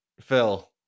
Phil